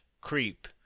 creep